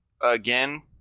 Again